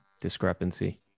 discrepancy